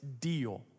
deal